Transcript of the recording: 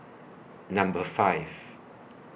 Number five